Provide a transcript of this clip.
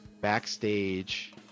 backstage